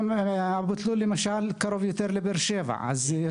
אבו תלול למשל קרובה יותר לבאר שבע ולכן במקרה